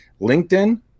LinkedIn